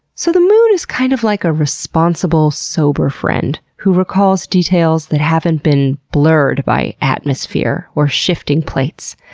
so the moon is kind of like a responsible, sober friend who recalls details that haven't been blurred by atmosphere or shifting plates.